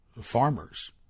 farmers